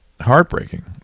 Heartbreaking